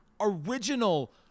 original